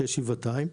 שבעתיים,